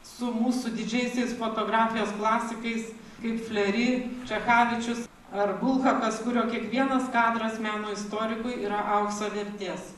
su mūsų didžiaisiais fotografijos klasikais kaip fleri čechavičius ar bulhakas kurio kiekvienas kadras meno istorikui yra aukso vertės